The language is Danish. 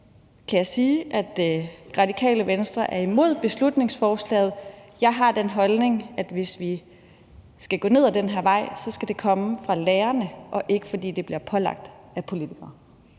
kan jeg sige, at Radikale Venstre er imod beslutningsforslaget. Jeg har den holdning, at hvis vi skal gå ned ad den her vej, skal det komme fra lærerne, og ikke fordi det bliver pålagt af politikere.